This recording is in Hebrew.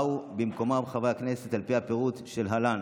באו במקומם חברי הכנסת על פי הפירוט שלהלן: